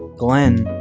glen.